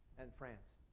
and france.